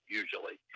usually